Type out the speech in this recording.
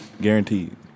Guaranteed